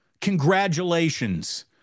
congratulations